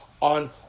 on